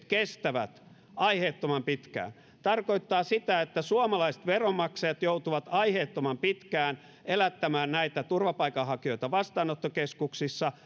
kestävät aiheettoman pitkään tarkoittaa sitä että suomalaiset veronmaksajat joutuvat aiheettoman pitkään elättämään näitä turvapaikanhakijoita vastaanottokeskuksissa